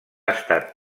estat